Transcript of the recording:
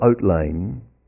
outline